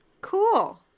Cool